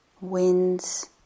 winds